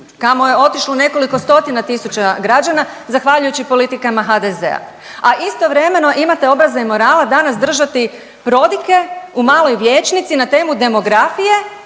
kamo je otišlo nekoliko stotina tisuća građana zahvaljujući politikama HDZ-a, a istovremeno imate obraza i morala danas držati prodike u maloj vijećnici na temu demografije